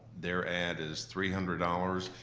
their ad is three hundred dollars.